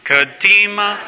Kadima